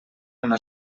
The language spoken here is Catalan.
una